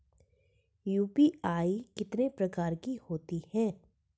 UPI कितने प्रकार की होती हैं?